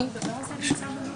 הדבר הזה נמצא בנוסח.